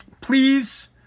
Please